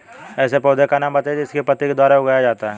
ऐसे पौधे का नाम बताइए जिसको पत्ती के द्वारा उगाया जाता है